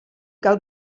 gael